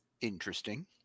Interesting